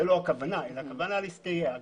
הכוונה היא להסתייע.